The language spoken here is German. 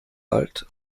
alt